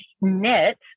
knit